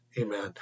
Amen